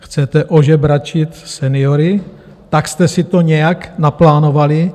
Chcete ožebračit seniory, tak jste si to nějak naplánovali?